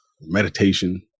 meditation